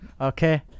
Okay